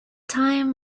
time